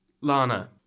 Lana